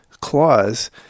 clause